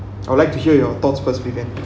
I would like to hear your thoughts first prevent